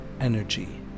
energy